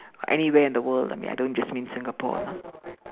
anywhere in the world I mean I don't just mean Singapore